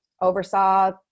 Oversaw